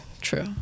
True